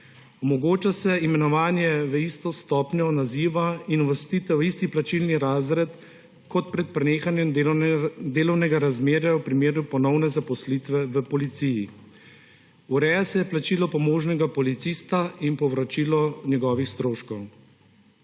Omogoča se imenovanje v isto stopnjo naziva in uvrstitev v isti plačilni razred kot pred prenehanjem delovnega razmerja v primeru ponovne zaposlitve v policiji. Ureja se plačilo pomožnega policista in povračilo njegovih stroškov.